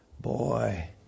Boy